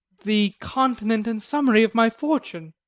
the continent and summary of my fortune.